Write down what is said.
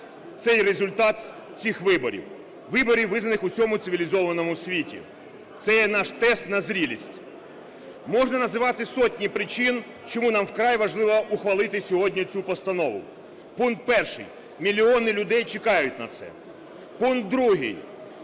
цей результат цих виборів - виборів, визнаних в усьому цивілізованому світі. Це є наш тест на зрілість. Можна називати сотні причин, чому нам вкрай важливо ухвалити сьогодні цю постанову. Пункт перший – мільйони людей чекають на це. Пункт другий